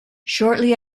shortly